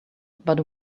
but